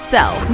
Sell